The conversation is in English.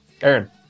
Aaron